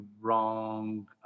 wrong